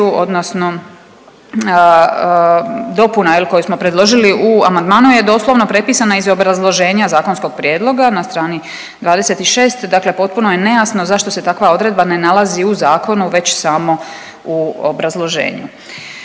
odnosno dopuna koju smo predložili u amandmanu je doslovno prepisana iz obrazloženja zakonskog prijedloga na strani 26, dakle potpuno je nejasno zašto se takva odredba ne nalazi u zakonu već samo u obrazloženju.